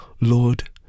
Lord